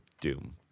Doom